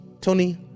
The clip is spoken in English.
Tony